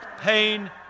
pain